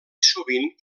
sovint